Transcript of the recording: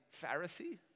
Pharisee